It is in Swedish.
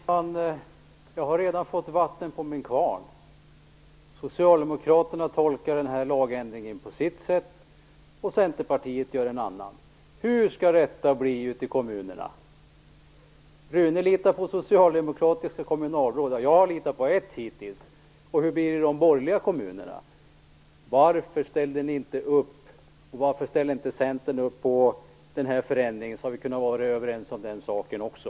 Fru talman! Jag har redan fått vatten på min kvarn. Socialdemokraterna tolkar den här lagändringen på sitt sätt och Centerpartiet på ett annat. Hur skall detta bli ute i kommunerna? Rune Evensson litar på socialdemokratiska kommunalråd. Jag har litat på ett hittills. Och hur blir det i de borgerliga kommunerna? Varför ställde ni inte upp? Varför ställde inte Centern upp på den här förändringen, så att vi hade kunnat vara överens om den saken också?